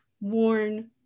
worn